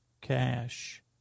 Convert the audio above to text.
Cash